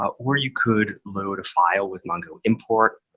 or you could load a file with mongoimport,